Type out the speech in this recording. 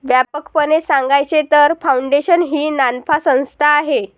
व्यापकपणे सांगायचे तर, फाउंडेशन ही नानफा संस्था आहे